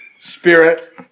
spirit